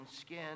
skin